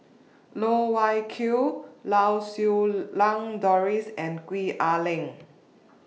Loh Wai Kiew Lau Siew Lang Doris and Gwee Ah Leng